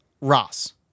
Ross